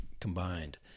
combined